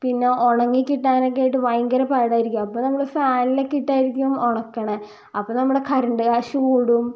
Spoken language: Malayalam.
പിന്നെ ഉണങ്ങി കിട്ടാനക്കെയിട്ട് ഭയങ്കര പാടായിരിക്കും അപ്പം നമ്മൾ ഫാനിലക്കെ ഇട്ടായിരിക്കും ഉണക്കണത് അപ്പം നമ്മുടെ കറന്റ് കാശ് കൂടും